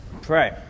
pray